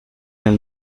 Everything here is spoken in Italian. nel